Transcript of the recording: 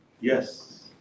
yes